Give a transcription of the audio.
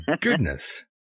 goodness